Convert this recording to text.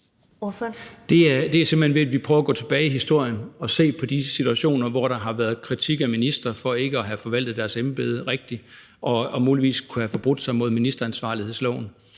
Det er simpelt hen, at vi prøver at gå tilbage i historien og se på de situationer, hvor der har været kritik af ministre for ikke at have forvaltet deres embede rigtigt og for muligvis at have forbrudt sig mod ministeransvarlighedsloven,